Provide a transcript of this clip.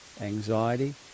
anxiety